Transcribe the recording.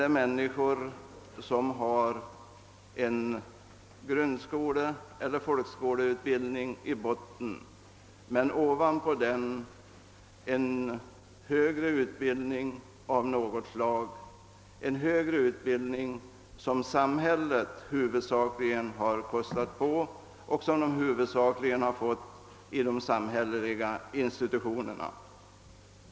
Det är människor som har en grundskoleeller folkskoleutbildning i botten men ovanpå den en högre utbildning av något slag, en högre utbildning som samhället huvudsakligen har betalat och som de huvudsakligen har fått genom de samhälleliga institutionerna.